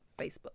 Facebook